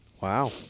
Wow